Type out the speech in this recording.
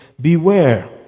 Beware